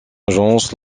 agence